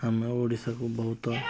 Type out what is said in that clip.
ଆମେ ଓଡ଼ିଶାକୁ ବହୁତ